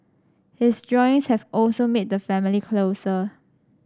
his drawings have also made the family closer